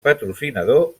patrocinador